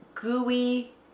gooey